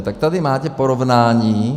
Tak tady máte porovnání .